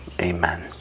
Amen